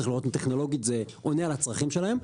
צריך לראות אם טכנולוגית זה עונה על הצרכים שלהם.